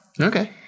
Okay